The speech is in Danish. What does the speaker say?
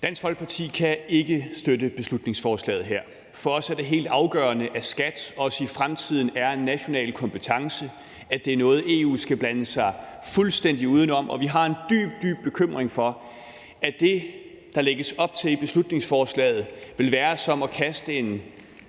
Dansk Folkeparti kan ikke støtte beslutningsforslaget her. For os er det helt afgørende, at skat også i fremtiden er en national kompetence, og at det er noget, EU skal blande sig fuldstændig udenom. Vi har en dyb, dyb bekymring for, at det, der lægges op til i beslutningsforslaget, vil være som at kaste en